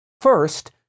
First